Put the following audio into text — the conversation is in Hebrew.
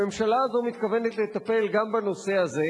הממשלה הזאת מתכוונת לטפל גם בנושא הזה,